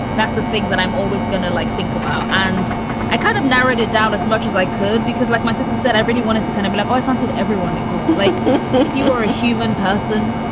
that's the thing that i'm always going to, like, think about. and i kind of narrowed it down as much as i could because like my sister said, i really wanted to kind of be like, oh, i wanted everyone. nicole, like you were a human person.